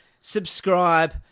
subscribe